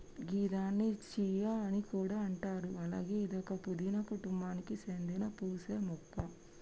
గిదాన్ని చియా అని కూడా అంటారు అలాగే ఇదొక పూదీన కుటుంబానికి సేందిన పూసే మొక్క